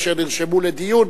אשר נרשמו לדיון,